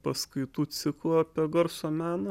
paskaitų ciklą apie garso meną